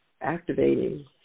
activating